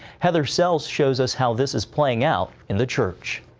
heather sells shows us how this is playing out in the church.